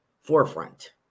forefront